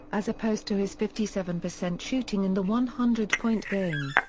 as opposed to his fifty seven percent shooting in the one hundred point game.